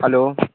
hello